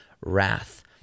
wrath